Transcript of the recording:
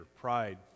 pride